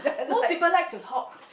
most people like to talk